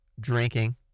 drinking